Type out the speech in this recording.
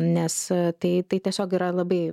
nes tai tai tiesiog yra labai